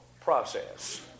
process